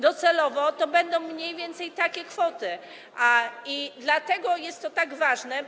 Docelowo to będą mniej więcej takie kwoty, dlatego jest to takie ważne.